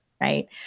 right